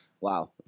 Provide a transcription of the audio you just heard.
Wow